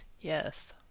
Yes